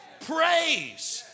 Praise